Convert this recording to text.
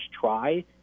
try